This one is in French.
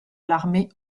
l’armée